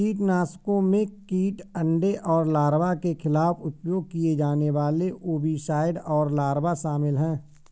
कीटनाशकों में कीट अंडे और लार्वा के खिलाफ उपयोग किए जाने वाले ओविसाइड और लार्वा शामिल हैं